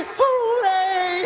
hooray